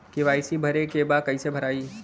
KYC भरे के बा कइसे भराई?